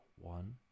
one